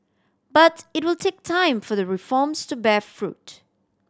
but it will take time for the reforms to bear fruit